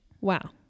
Wow